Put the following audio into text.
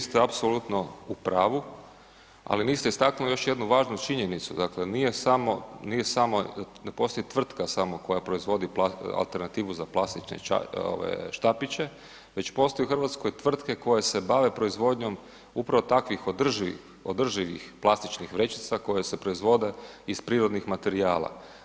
Pa kolega Đujiću, vi ste apsolutno u pravu, ali niste istaknuli još jednu važnu činjenicu, dakle nije samo, ne postoji tvrtka samo koja proizvodi alternativu za plastične štapiće već postoji u Hrvatskoj tvrtke koje se bave proizvodnjom upravo takvih održivih plastičnih vrećica koje se proizvode iz prirodnih materijala.